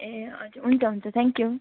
ए हजुर हुन्छ हुन्छ थ्याङ्क्यु